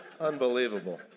Unbelievable